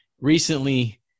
recently